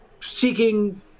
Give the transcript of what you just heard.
seeking